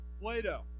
Play-Doh